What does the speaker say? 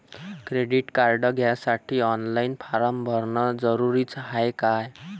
Credit card घ्यासाठी online form भरन जरुरीच हाय का?